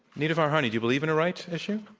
nita farahany, do you believe in a rights issue?